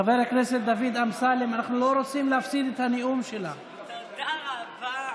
חבר הכנסת ניר ברקת,